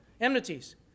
enmities